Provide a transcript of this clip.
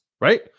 right